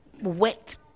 wet